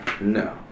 No